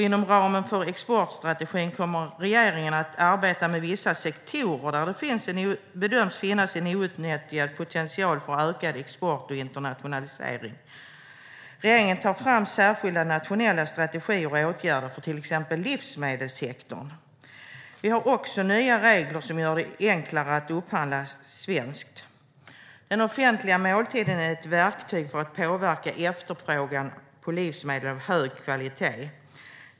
Inom ramen för exportstrategin kommer regeringen att arbeta med vissa sektorer där det bedöms finnas en outnyttjad potential för ökad export och internationalisering. Regeringen tar fram särskilda nationella strategier och åtgärder för till exempel livsmedelssektorn. Vi har också nya regler som gör det enklare att upphandla svenskt. Den offentliga måltiden är ett verktyg för att påverka efterfrågan på livsmedel av hög kvalitet.